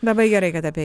labai gerai kad apie